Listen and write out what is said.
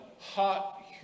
hot